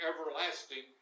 everlasting